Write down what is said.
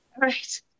right